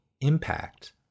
impact